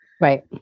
Right